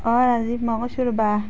অঁ ৰাজীৱ মই কৈছোঁ ৰ'বা